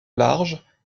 large